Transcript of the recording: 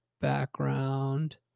background